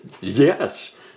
yes